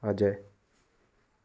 Ajay